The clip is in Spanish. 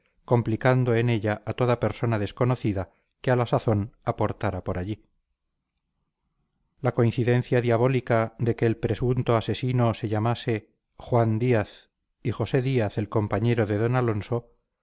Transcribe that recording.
complicando en ella a toda persona desconocida que a la sazón aportara por allí la coincidencia diabólica de que el presunto asesino se llamase juan díaz y josé díaz el compañero de d alonso